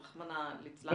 רחמנא ליצלן.